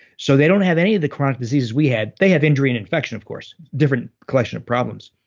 so they don't have any of the chronic diseases we have. they have injury and infection, of course. different collection of problems,